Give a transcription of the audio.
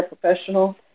professional